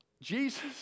Jesus